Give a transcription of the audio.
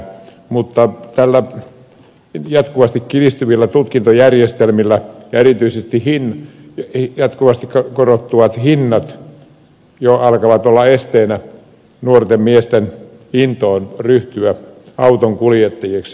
mutta nämä jatkuvasti kiristyvät tutkintojärjestelmät ja erityisesti jatkuvasti korottuvat hinnat jo alkavat olla esteinä nuorten miesten intoon ryhtyä autonkuljettajiksi